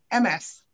MS